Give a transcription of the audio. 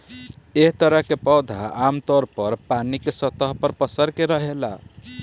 एह तरह पौधा आमतौर पर पानी के सतह पर पसर के रहेला